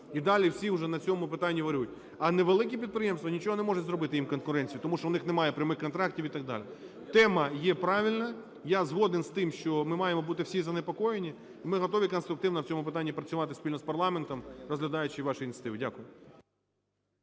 І далі всі вже на цьому питанні варіюють. А невеликі підприємства нічого не можуть зробити, їм конкуренцію, тому що у них немає прямих контрактів і так далі. Тема є правильна, я згоден з тим, що ми маємо бути всі занепокоєні, ми готові конструктивно в цьому питанні працювати спільно з парламентом, розглядаючи ваші ініціативи. Дякую.